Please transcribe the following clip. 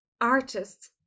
artists